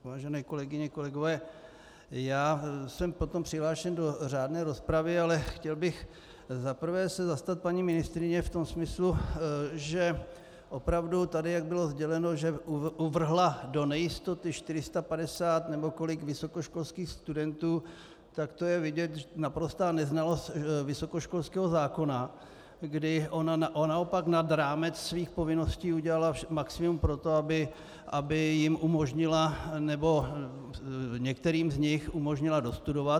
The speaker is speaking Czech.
Vážené kolegyně, kolegové, já jsem potom přihlášen do řádné rozpravy, ale chtěl bych se za prvé zastat paní ministryně v tom smyslu, že opravdu tady, jak bylo sděleno, že uvrhla do nejistoty 450 nebo kolik vysokoškolských studentů, tak to je vidět neprostá neznalost vysokoškolského zákona, kdy ona naopak nad rámec svých povinností udělala maximum pro to, aby jim umožnila, nebo některým z nich umožnila, dostudovat.